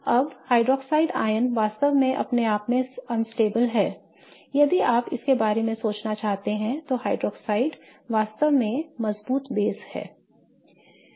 अब hydroxide ion वास्तव में अपने आप मैं अस्थिर है यदि आप इसके बारे में सोचना चाहते हैं तो हाइड्रॉक्साइड वास्तव में मजबूत आधार है